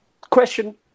Question